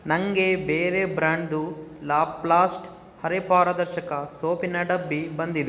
ನನಗೆ ಬೇರೆ ಬ್ರ್ಯಾಂಡ್ದು ಲಾಪ್ಲಾಸ್ಟ್ ಅರೆಪಾರದರ್ಶಕ ಸೋಪಿನ ಡಬ್ಬಿ ಬಂದಿದೆ